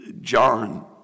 John